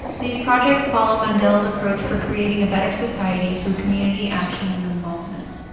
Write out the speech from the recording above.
these projects follow mandela's approach for creating a better society through community action and involvement.